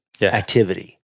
activity